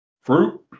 Fruit